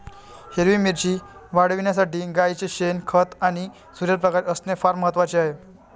हिरवी मिरची वाढविण्यासाठी गाईचे शेण, खत आणि सूर्यप्रकाश असणे फार महत्वाचे आहे